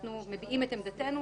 ואנחנו מביעים את עמדתנו